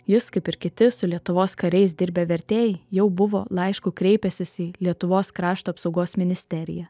jis kaip ir kiti su lietuvos kariais dirbę vertėjai jau buvo laišku kreipęsis į lietuvos krašto apsaugos ministeriją